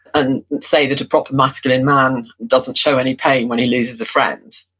and say that a proper masculine man doesn't show any pain when he loses a friend.